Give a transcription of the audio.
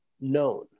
known